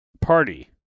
party